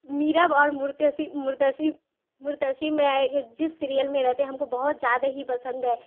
میرب اور مرتسی مرتسی مرتسم یہ جس سیرئل میں رہتے ہیں ہم کو بہت زیادہ ہی پسند ہے